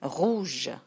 Rouge